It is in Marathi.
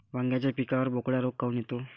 वांग्याच्या पिकावर बोकड्या रोग काऊन येतो?